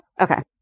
Okay